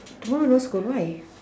tomorrow no school why